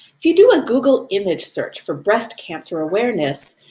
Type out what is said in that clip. you do a google image search for breast cancer awareness,